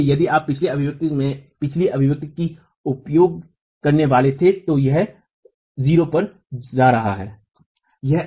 इसलिए यदि आप पिछली अभिव्यक्ति में पिछली अभिव्यक्ति का उपयोग करने वाले थे तो यह 0 पर जा रहा है